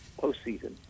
postseason